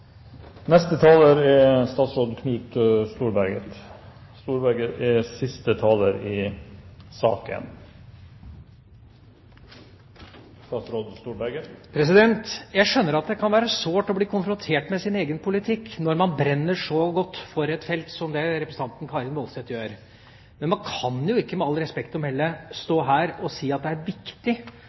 Jeg skjønner at det kan være sårt å bli konfrontert med sin egen politikk når man brenner så veldig for et felt som det representanten Karin S. Woldseth gjør. Men man kan jo ikke med respekt å melde stå her og si at det er viktig